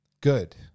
good